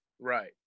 Right